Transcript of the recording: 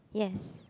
yes